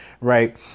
Right